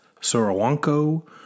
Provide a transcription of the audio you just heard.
Sorowanko